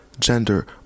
gender